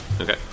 Okay